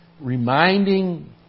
reminding